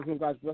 Guys